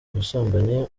ubusambanyi